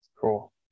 Cool